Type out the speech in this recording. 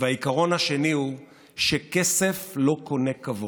והעיקרון השני הוא שכסף לא קונה כבוד.